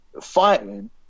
fighting